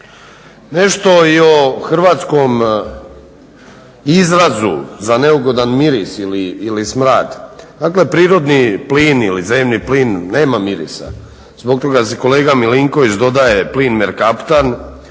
Nešto i o hrvatskom izrazu za neugodna miris ili smrad, dakle prirodni plin ili zemni plin nema mirisa. Zbog toga se kolega Milinković dodaje plin merkaptan